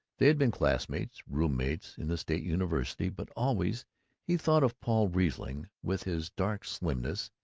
they had been classmates, roommates, in the state university, but always he thought of paul riesling, with his dark slimness,